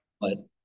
But-